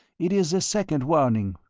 it is the second warning.